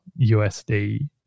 USD